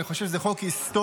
אני חושב שזה חוק היסטורי,